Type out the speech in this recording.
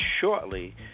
shortly